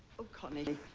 oh connie,